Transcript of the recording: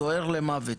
דוהר למוות.